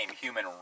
Human